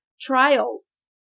trials